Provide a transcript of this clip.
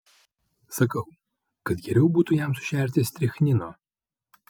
sakau kad geriau būtų jam sušerti strichnino